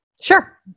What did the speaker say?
Sure